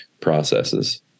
processes